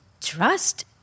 trust